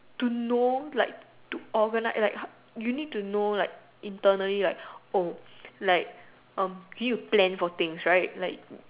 to know like to organise like how you need to know like internally right oh like um you need to plan for things right